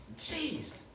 Jeez